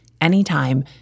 anytime